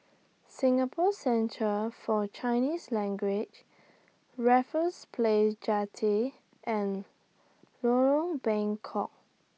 Singapore Centre For Chinese Language Raffles Place Jetty and Lorong Bengkok